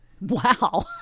Wow